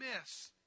miss